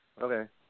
okay